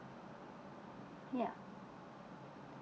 ya